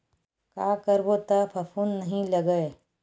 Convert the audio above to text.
का करबो त फफूंद नहीं लगय?